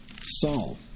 Saul